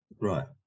Right